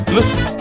Listen